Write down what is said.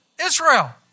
Israel